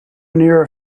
near